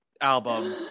album